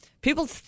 people